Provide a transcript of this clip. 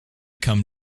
come